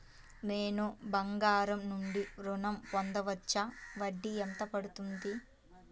నేను బంగారం నుండి ఋణం పొందవచ్చా? వడ్డీ ఎంత పడుతుంది?